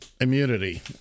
immunity